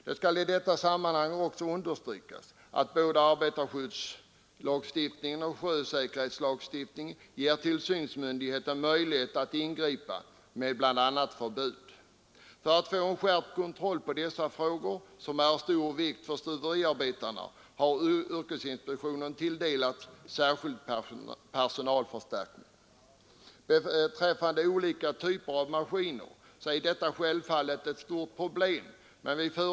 Det skall i detta sammanhang understrykas att både arbetarskyddslagstiftningen och sjösäkerhetslagstiftningen ger tillsynsmyndigheten möjlighet att ingripa med bl.a. förbud. För att få en skärpt kontroll när det gäller dessa frågor, som är av så stor vikt för stuveriarbetarna, har yrkesinspektionen fått särskild personalförstärkning. De olika typerna av maskiner är självfallet ett stort problem.